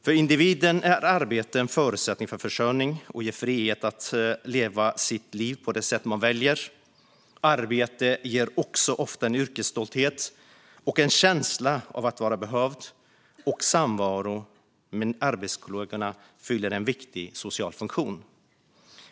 För individen är arbete en förutsättning för försörjning, och det ger frihet att leva sitt liv på det sätt man väljer. Arbete ger också ofta en yrkesstolthet och en känsla av att vara behövd, och samvaron med arbetskollegorna fyller en viktig social funktion.